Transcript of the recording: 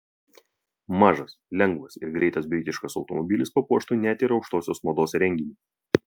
mažas lengvas ir greitas britiškas automobilis papuoštų net ir aukštosios mados renginį